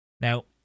now